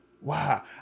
Wow